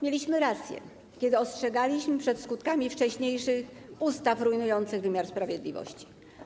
Mieliśmy rację, kiedy ostrzegaliśmy przed skutkami wcześniejszych ustaw rujnujących wymiar sprawiedliwości.